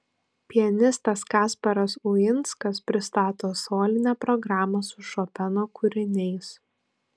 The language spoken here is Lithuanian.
pianistas kasparas uinskas pristato solinę programą su šopeno kūriniais